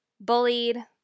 bullied